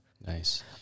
nice